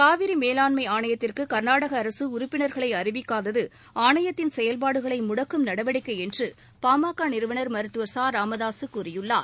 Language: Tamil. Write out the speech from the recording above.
காவிரி மேலாண்மை ஆணையத்திற்கு கா்நாடக அரசு உறுப்பினர்களை அறிவிக்காதது ஆணையத்தின் செயல்பாடுகளை முடக்கும் நடவடிக்கை என்று பா ம க நிறுவனர் மருத்துவர் ராமதாசு குற்றம் சாட்டியுள்ளார்